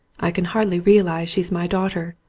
i can hardly realise she's my daughter.